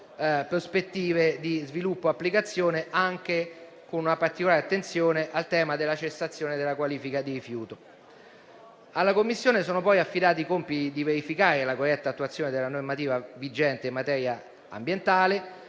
Alla Commissione sono poi affidati compiti di verifica della corretta attuazione della normativa vigente in materia ambientale